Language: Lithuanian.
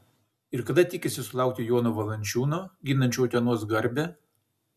ir kada tikisi sulaukti jono valančiūno ginančio utenos garbę